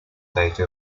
stage